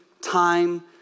time